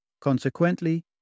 Consequently